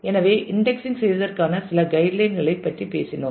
எனவே இன்டெக்ஸிங் செய்வதற்கான சில கைடுலைன் களை பற்றி பேசினோம்